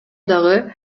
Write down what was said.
дагы